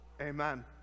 amen